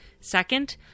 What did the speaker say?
Second